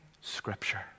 scripture